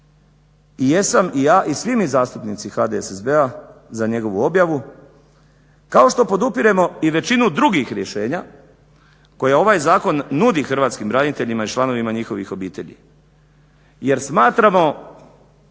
I jesam i ja, i svi mi zastupnici HDSSB-a za njegovu objavu kao što podupiremo i većinu drugih rješenja koja ovaj zakon nudi hrvatskim braniteljima i članovima njihovih obitelji